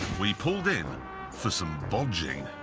we pulled in for some bodging.